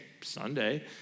Sunday